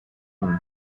whom